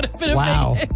Wow